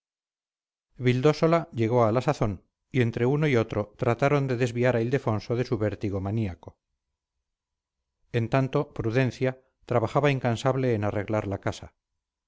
vildósola llegó a la sazón y entre uno y otro trataron de desviar a ildefonso de su vértigo maníaco en tanto prudencia trabajaba incansable en arreglar la casa